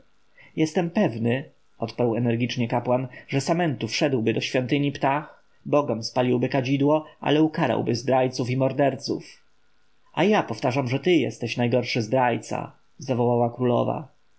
jestem pewny odparł energicznie kapłan że samentu wszedłby do świątyni ptah bogom spaliłby kadzidło ale ukarałby zdrajców i morderców a ja powtarzam że ty jesteś najgorszy zdrajca zawołała królowa